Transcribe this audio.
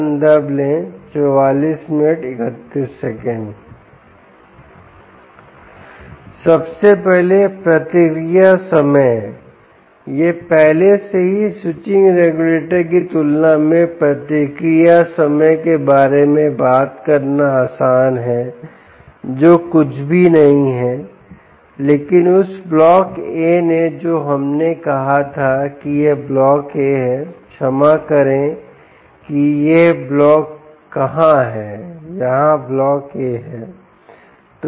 सबसे पहले प्रतिक्रिया समय यह पहले से ही स्विचिंग रेगुलेटर की तुलना में प्रतिक्रिया समय के बारे में बात करना आसान है जो कुछ भी नहीं है लेकिन उस ब्लॉक A ने जो हमने कहा था कि यह ब्लॉक A है क्षमा करें कि यह ब्लॉक कहां है यह ब्लॉक A है